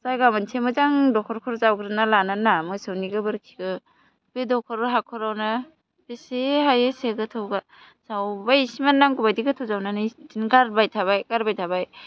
जायगा मोनसे मोजां दख'र ख'र जावग्रोना लानानै ना मोसौनि गोबोरखिखौ बे दख'राव हाख'रावनो जेसे हायो एसे गोथौ बा जावबाय इसिबांनो नांगौ बायदि गोथौ जावनानै बिदिनो गारबाय थाबाय गारबाय थाबाय